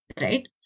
Right